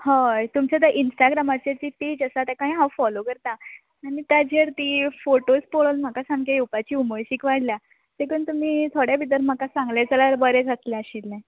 हय तुमच्या ती इंस्टाग्रामाचेर ती पेज आसा तिका हांव फोलो करतां आनी ताजेर ती फोटोज पळोवन म्हाका सामके येवपाची उमळशीक वाडल्या देकून तुमी थोड्या भितर म्हाका सांगलें जाल्यार बरें जातलें आशिल्लें